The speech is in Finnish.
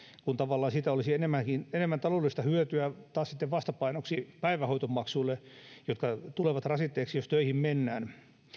kun tavallaan siitä olisi enemmän taloudellista hyötyä sitten taas vastapainoksi päivähoitomaksuille jotka tulevat rasitteeksi jos töihin mennään